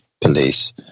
police